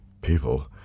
people